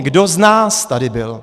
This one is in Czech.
Kdo z nás tady byl?